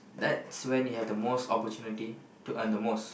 that's when you have the most opportunity to earn the most